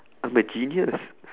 I'm a genius